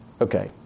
Okay